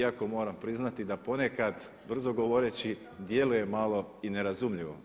iako moram priznati da ponekad brzo govoreći djeluje malo i nerazumljivo.